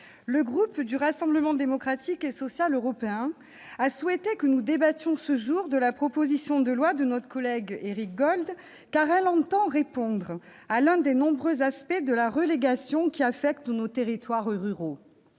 le groupe du Rassemblement Démocratique et Social Européen a souhaité que nous débattions, ce jour, de la proposition de loi de notre collègue Éric Gold, car elle tend à répondre à l'un des nombreux aspects de la relégation affectant nos territoires ruraux.